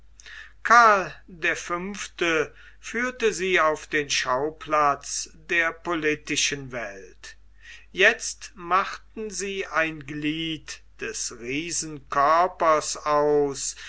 karl der fünfte führte sie auf den schauplatz der politischen welt jetzt machten sie ein glied des riesenkörpers aus